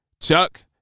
Chuck